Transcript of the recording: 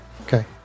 Okay